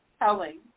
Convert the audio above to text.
telling